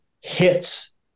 hits